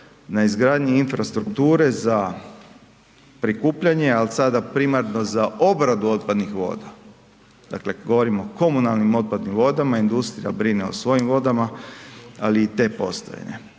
na izgradnji infrastrukture za prikupljanje, ali sada primarno za obradu otpadnih voda. Dakle, govorim o komunalnim otpadnim vodama, industrija brine o svojim vodama, ali i to postoje,